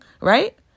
Right